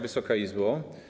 Wysoka Izbo!